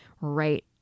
right